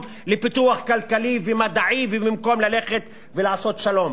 לפיתוח כלכלי ומדעי ובמקום ללכת ולעשות שלום.